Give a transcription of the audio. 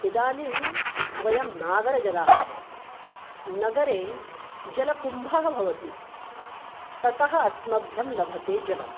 इदानीं वयं नागरजनाः नगरे जलकुम्भः भवति ततः अस्मभ्यं लभते जलम्